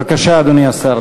בבקשה, אדוני השר.